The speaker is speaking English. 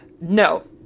no